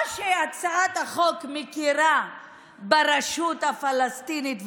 או שהצעת החוק מכירה ברשות הפלסטינית,